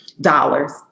dollars